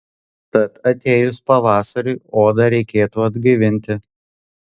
tad atėjus pavasariui odą reikėtų atgaivinti